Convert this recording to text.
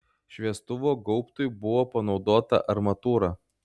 šviestuvo gaubtui buvo panaudota armatūra